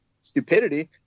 stupidity